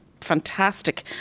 fantastic